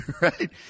Right